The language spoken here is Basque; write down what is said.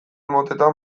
motetan